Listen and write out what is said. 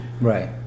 right